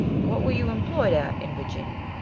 what were you employed at in virginia?